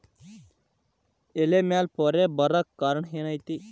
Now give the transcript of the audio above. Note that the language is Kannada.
ಎಲೆ ಮ್ಯಾಲ್ ಪೊರೆ ಬರಾಕ್ ಕಾರಣ ಏನು ಐತಿ?